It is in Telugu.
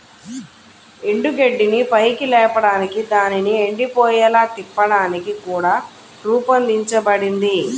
ఎండుగడ్డిని పైకి లేపడానికి దానిని ఎండిపోయేలా తిప్పడానికి కూడా రూపొందించబడింది